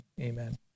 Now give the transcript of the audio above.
amen